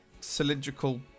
cylindrical